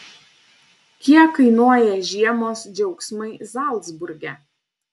kiek kainuoja žiemos džiaugsmai zalcburge